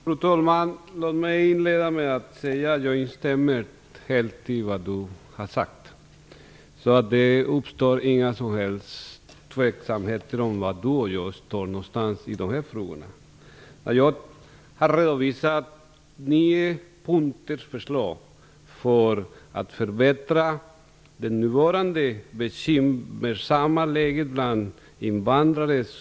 Fru talman! Jag instämmer helt i vad arbetsmarknadsministern har sagt. Det finns inga som helst tveksamheter om arbetsmarknadsministerns ställning i dessa frågor. Jag har redovisat förslag omfattande nio punkter för att förbättra det nuvarande bekymmersamma läget bland invandrare.